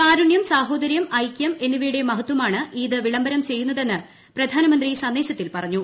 കാരുണ്യം സാഹോദരൃം ഐകൃം എന്നിവയുടെ മഹത്ഥമാണ് ഈദ് വിളംബരം ചെയ്യുന്നതെന്ന് പ്രധാനമന്ത്രി സന്ദേശത്തിൽ പറഞ്ഞു